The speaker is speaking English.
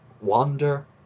wander